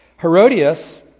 Herodias